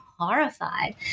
horrified